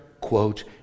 quote